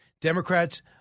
Democrats